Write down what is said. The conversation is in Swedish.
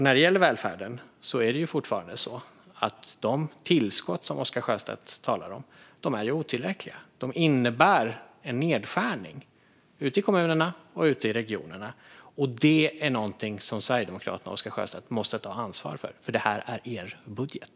När det gäller välfärden är det fortfarande så att de tillskott som Oscar Sjöstedt talar om är otillräckliga och innebär en nedskärning ute i kommunerna och regionerna. Detta är något som Sverigedemokraterna och Oscar Sjöstedt måste ta ansvar för, för det här är er budget.